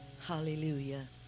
hallelujah